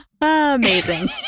Amazing